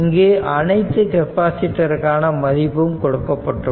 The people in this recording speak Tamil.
இங்கு அனைத்து கெப்பாசிட்டருக்காண மதிப்பும் கொடுக்கப்பட்டுள்ளன